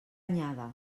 anyada